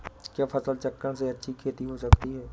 क्या फसल चक्रण से अच्छी खेती हो सकती है?